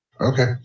Okay